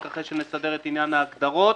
רק אחרי שנסדר את עניין ההגדרות?